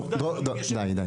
דרור, די.